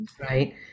right